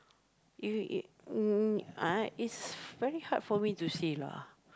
you you mm ah it's very hard for me to say lah